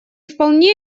вполне